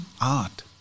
Art